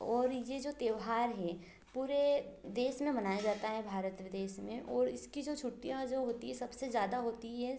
और ये जो त्योहार है पूरे देश में मनाया जाता है भारत देश में और इसकी जो छुट्टियाँ जो होती है सबसे ज़्यादा होती है